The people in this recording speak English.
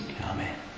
Amen